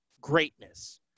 greatness